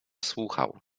słuchał